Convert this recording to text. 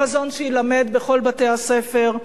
חזון שיילמד בכל בתי-הספר,